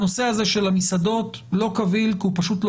הנושא הזה של המסעדות לא קביל כי הוא פשוט לא